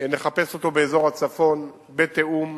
נחפש אותו באזור הצפון, בתיאום